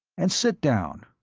and sit down.